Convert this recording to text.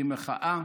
כמחאה